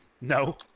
No